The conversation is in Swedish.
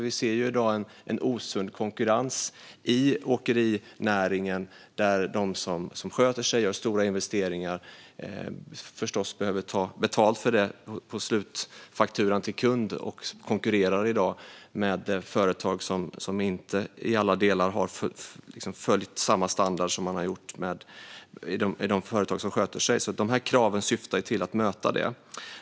Vi ser i dag en osund konkurrens i åkerinäringen. De som sköter sig och gör stora investeringar behöver förstås ta betalt för detta på slutfakturan till kund, och de konkurrerar i dag med företag som inte i alla delar har följt samma standard som de skötsamma företagen. De nya kraven syftar till att möta detta.